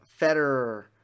Federer